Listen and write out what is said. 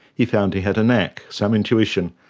he found he had a knack, some intuition,